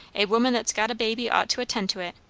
a woman that's got a baby ought to attend to it.